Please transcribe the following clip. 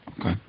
Okay